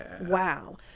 wow